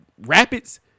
Rapids